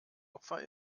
opfer